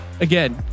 Again